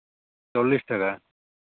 ᱪᱚᱞᱞᱤᱥ ᱴᱟᱠᱟ